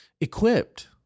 equipped